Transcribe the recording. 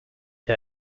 her